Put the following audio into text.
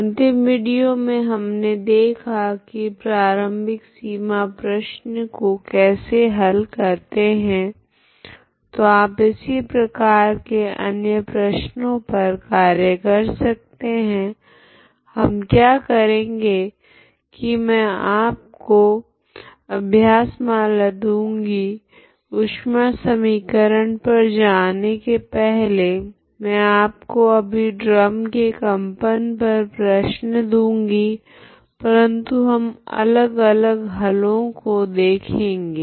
अंतिम विडियो मे हमने देखा की प्रारम्भिक सीमा प्रश्न को कैसे हल करते है तो आप इसी प्रकार के अन्य प्रश्नो पर कार्य कर सकते है हम क्या करेगे की मैं आपको अभ्यासमाला दूँगी ऊष्मा समीकरण पर जाने के पहले मैं आपको अभी ड्रम के कंपन पर प्रश्न दूँगी परंतु हम अलग अलग हलों को देखेगे